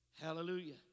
Hallelujah